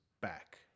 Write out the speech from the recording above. back